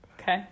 Okay